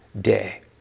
day